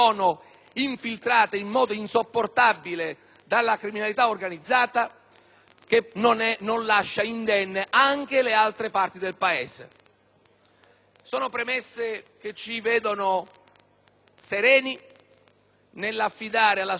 che non lascia indenni anche le altre parti del Paese. Sono premesse che ci vedono sereni nell'affidare la guida di questo processo alla sua responsabilità, signor Ministro,